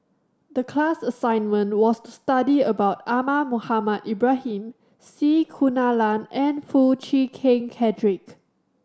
the class assignment was to study about Ahmad Mohamed Ibrahim C Kunalan and Foo Chee Keng Cedric